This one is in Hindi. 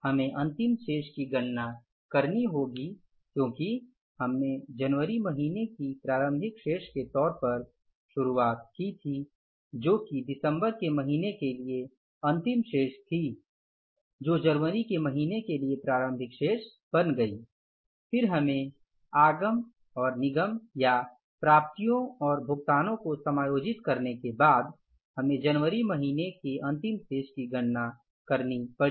हमें अंतिम शेष की गणना करनी होगी क्योंकि हमने जनवरी महीने की प्रारंभिक शेष के तौर पर शुरुवात की थी जो कि दिसंबर के महीने के लिए अंतिम शेष थी जो जनवरी के महीने के लिए प्रारंभिक शेष बन गयी फिर हमें आगम और निगम या प्राप्तियों और भुगतानों को समायोजित करने के बाद हमें जनबरी महीने के अंतिम शेष की गणना करनी पड़ी